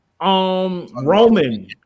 Roman